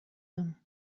him